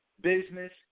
business